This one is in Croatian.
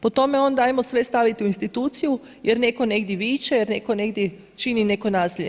Po tome onda ajmo sve staviti u instituciju jer netko negdje viče, neko negdje čini neko nasilje.